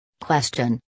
Question